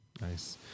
Nice